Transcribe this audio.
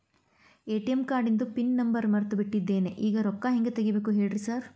ATM ಕಾರ್ಡಿಂದು PIN number ಮರ್ತ್ ಬಿಟ್ಟಿದೇನಿ ಈಗ ರೊಕ್ಕಾ ಹೆಂಗ್ ತೆಗೆಬೇಕು ಹೇಳ್ರಿ ಸಾರ್